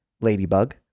Ladybug